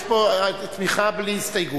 יש פה תמיכה בלי הסתייגות.